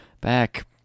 back